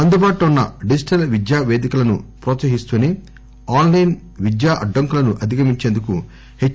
అందుబాటులో వున్న డిజిటల్ విద్యా పేదికలను ప్రోత్సహిస్తూసే ఆన్ లైస్ విద్యా అడ్డంకులను అదిగమించేందుకు హెచ్